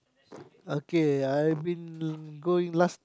okay I have been going last